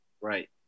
Right